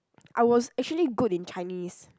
I was actually good in Chinese